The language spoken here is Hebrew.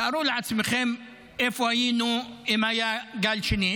תארו לעצמכם איפה היינו אם היה גל שני.